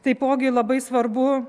taipogi labai svarbu